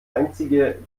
einzige